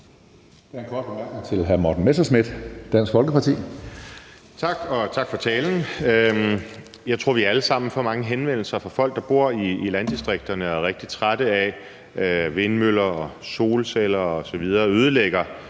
Tak. Og tak for talen. Jeg tror, vi alle sammen får mange henvendelser fra folk, der bor i landdistrikterne og er rigtig trætte af, at vindmøller, solcelleanlæg osv. ødelægger